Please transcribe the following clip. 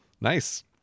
Nice